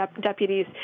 deputies